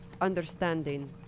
understanding